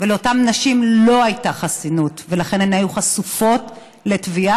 ולאותן נשים לא הייתה חסינות ולכן הן היו חשופות לתביעה.